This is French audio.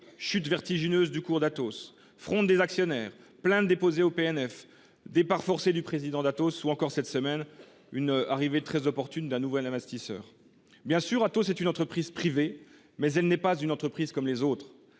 chute vertigineuse du cours d’Atos, fronde des actionnaires, plaintes déposées auprès du parquet national financier (PNF), départ forcé du président d’Atos, ou encore, cette semaine, arrivée très opportune d’un nouvel investisseur. Bien sûr, Atos est une entreprise privée, mais elle n’est pas une entreprise comme les autres.